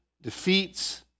defeats